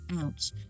out